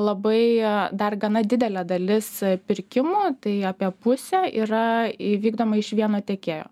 labai dar gana didelė dalis pirkimų tai apie pusė yra įvykdoma iš vieno tiekėjo